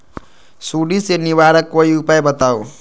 सुडी से निवारक कोई उपाय बताऊँ?